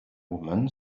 women